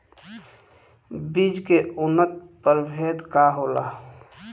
बीज के उन्नत प्रभेद का होला?